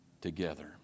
together